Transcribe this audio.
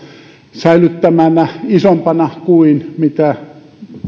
säilyttämällä isompana kuin mitä